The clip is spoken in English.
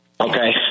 Okay